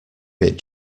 bit